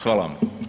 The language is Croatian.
Hvala vam.